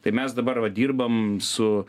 tai mes dabar va dirbam su